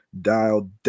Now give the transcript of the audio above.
dial